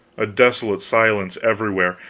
a desolate silence everywhere.